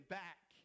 back